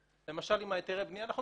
במנגנון של היתרי הבנייה יש